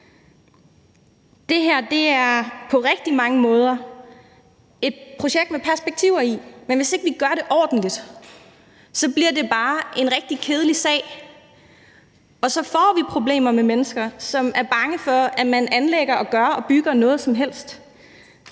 Det her er på rigtig mange måder et projekt med perspektiver i, men hvis ikke vi gør det ordentligt, bliver det bare en rigtig kedelig sag, og så får vi problemer med mennesker, som er bange for, at man anlægger og bygger og gør noget som helst.